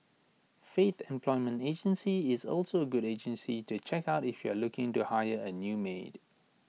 faith employment agency is also A good agency to check out if you are looking to hire A new maid